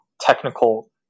technical